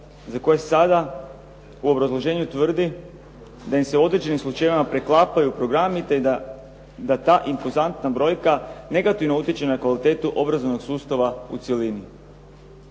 za koje sada u obrazloženju tvrdi da im se u određenim slučajevima preklapaju programi te da ta impozantna brojka negativno utječe na kvalitetu obrazovnog sustava u cjelini.